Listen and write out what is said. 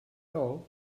all